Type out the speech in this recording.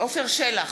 עפר שלח,